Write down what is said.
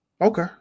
Okay